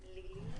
לילי,